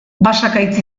basakaitz